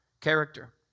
character